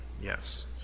yes